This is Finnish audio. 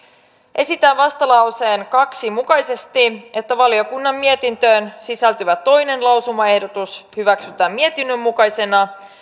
esitän vastalauseen kaksi mukaisesti että valiokunnan mietintöön sisältyvä toinen lausumaehdotus hyväksytään mietinnön mukaisena